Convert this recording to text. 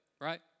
right